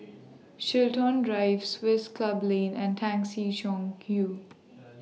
Chiltern Drive Swiss Club Lane and Tan Si Chong YOU